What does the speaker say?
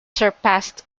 surpassed